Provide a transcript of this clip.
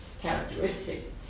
characteristic